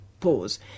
pause